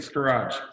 Garage